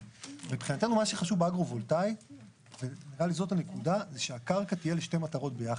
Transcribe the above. מבחינתנו מה שחשוב באגרו-וולטאי זה שהקרקע תהיה לשתי מטרות ביחד.